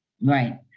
right